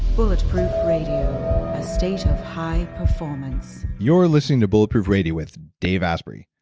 bulletproof radio, a state of high performance you're listening to bulletproof radio with dave asprey.